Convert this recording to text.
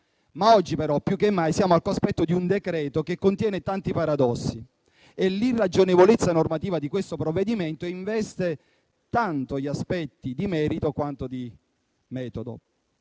Ma oggi, più che mai, siamo al cospetto di un decreto-legge che contiene tanti paradossi e l'irragionevolezza normativa di questo provvedimento investe tanto gli aspetti di merito quanto quelli di metodo.